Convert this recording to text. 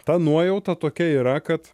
ta nuojauta tokia yra kad